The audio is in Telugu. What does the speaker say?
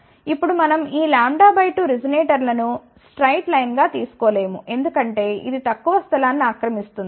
ఇప్పుడు మనం ఈ λ 2 రెసొనేటర్లను స్ట్రైట్ లైన్ గా తీసుకోలేము ఎందుకంటే ఇది ఎక్కువ స్థలాన్ని ఆక్రమిస్తుంది